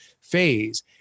phase